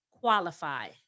Qualify